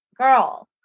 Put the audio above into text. girl